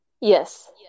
Yes